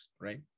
right